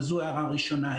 אז זו הערה ראשונה.